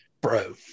bro